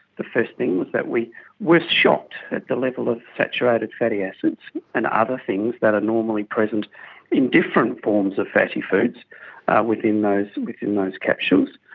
the first thing was that we were shocked at the level of saturated fatty acids and other things that are normally present in different forms of fatty foods within those within those capsules.